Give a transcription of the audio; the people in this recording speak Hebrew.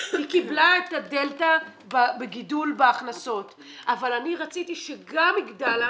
היא קיבלה את הדלתא בגידול בהכנסות אבל אני רציתי שגם יגדל לה